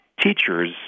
teachers